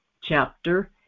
chapter